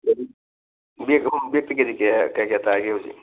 bag ꯑꯍꯨꯝ ꯕꯦꯛꯇ ꯀꯦꯖꯤ ꯀꯌꯥ ꯀꯌꯥ ꯀꯌꯥ ꯇꯥꯔꯤꯒꯦ ꯍꯧꯖꯤꯛ